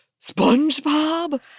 SpongeBob